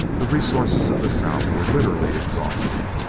the resources of the south were literally exhausted.